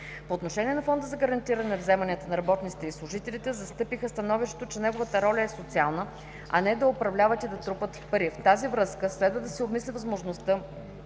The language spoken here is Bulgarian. По отношение на Фонда за гарантиране вземанията на работниците и служителите застъпиха становището, че неговата роля е социална, а не да управляват и да трупат пари. В тази връзка следва да се обмисли възможността